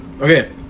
okay